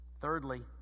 thirdly